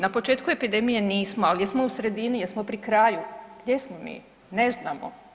Na početku epidemije nismo, ali jesmo u sredini, jesmo pri kraju, gdje smo mi, ne znamo.